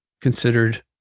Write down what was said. considered